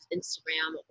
Instagram